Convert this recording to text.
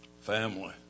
family